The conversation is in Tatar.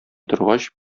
торгач